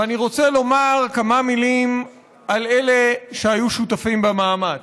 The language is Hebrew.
ואני רוצה לומר כמה מילים על אלה שהיו שותפים במאמץ,